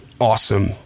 awesome